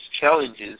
challenges